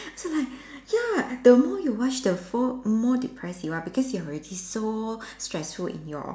so like ya the more you watch the for more depressed you are because you are already so stressful in your